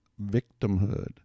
victimhood